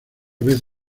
vez